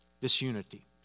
Disunity